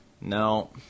no